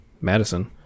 madison